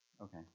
okay